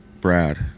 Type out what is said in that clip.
Brad